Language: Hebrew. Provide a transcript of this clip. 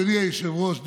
אדוני היושב-ראש,